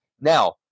Now